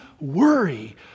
worry